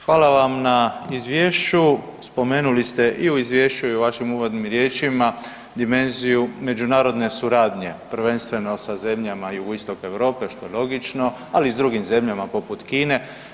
Hvala vam na izvješću, spomenuli ste i u izvješću i u vašim uvodnim izvješćima dimenziju međunarodne suradnje, prvenstveno sa zemlje jugoistoka Europe, što je logično ali i s drugim zemljama poput Kine.